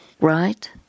right